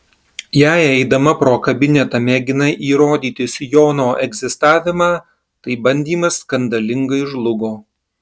jei eidama pro kabinetą mėginai įrodyti sijono egzistavimą tai bandymas skandalingai žlugo